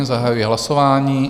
Zahajuji hlasování.